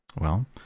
Well